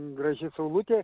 graži saulutė